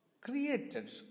created